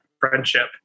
friendship